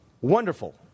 Wonderful